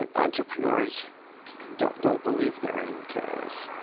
and entrepreneurs don't don't believe they're in chaos